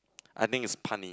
I think it's punny